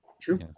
True